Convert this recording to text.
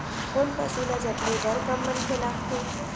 कोन पसु ल जतने बर कम मनखे लागथे?